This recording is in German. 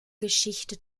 geschichte